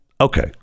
Okay